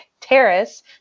Terrace